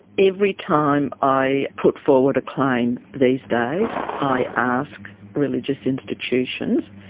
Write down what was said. every time i put forward a claim these days, i ask religious institutions,